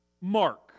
mark